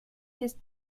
his